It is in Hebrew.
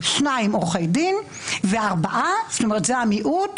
שניים עורכי דין וארבעה זה המיעוט